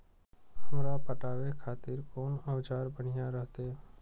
हमरा पटावे खातिर कोन औजार बढ़िया रहते?